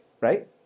right